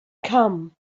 come